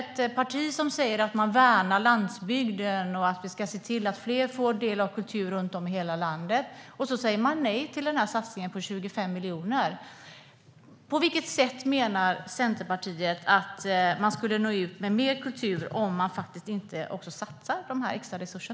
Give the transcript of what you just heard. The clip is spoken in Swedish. Ett parti som säger att man värnar landsbygden och säger att vi ska se till att fler får del av kultur runt om i hela landet säger nej till satsningen på 25 miljoner! På vilket sätt menar Centerpartiet att man skulle nå ut med mer kultur om man inte satsar dessa extra resurser?